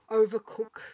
overcook